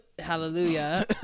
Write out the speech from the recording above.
Hallelujah